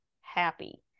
happy